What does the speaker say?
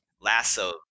Lasso